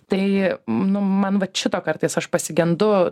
tai nu man vat šito kartais aš pasigendu